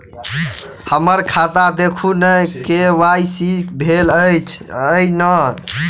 हम्मर खाता देखू नै के.वाई.सी भेल अई नै?